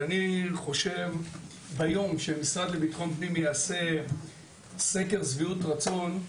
ואני חושב כיום שמשרד לביטחון פנים יעשה סקר שביעות רצון,